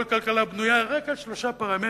כל כלכלה בנויה רק על שלושה פרמטרים,